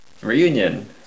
reunion